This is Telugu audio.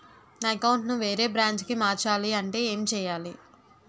నా అకౌంట్ ను వేరే బ్రాంచ్ కి మార్చాలి అంటే ఎం చేయాలి?